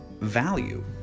value